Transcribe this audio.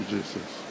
Jesus